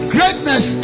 Greatness